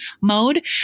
mode